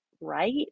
right